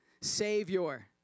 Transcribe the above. savior